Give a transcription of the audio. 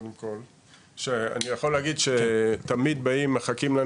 אני יכול להגיד שתמיד באים ומחכים לנו